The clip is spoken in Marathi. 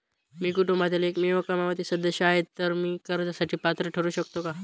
मी कुटुंबातील एकमेव कमावती सदस्य आहे, तर मी कर्जासाठी पात्र ठरु शकतो का?